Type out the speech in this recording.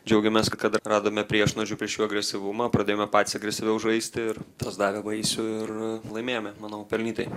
džiaugiamės kad radome priešnuodžių prieš jų agresyvumą pradėjome patys agresyviau žaisti ir tas davė vaisių ir laimėjome manau pelnytai